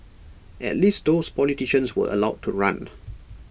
at least those politicians were allowed to run